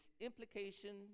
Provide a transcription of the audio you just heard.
implication